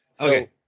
Okay